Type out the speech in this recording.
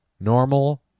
normal